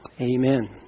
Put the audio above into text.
Amen